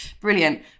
Brilliant